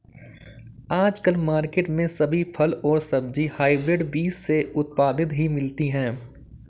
आजकल मार्केट में सभी फल और सब्जी हायब्रिड बीज से उत्पादित ही मिलती है